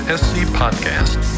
scpodcast